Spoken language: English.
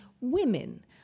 women